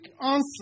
answer